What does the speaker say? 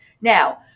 Now